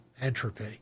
entropy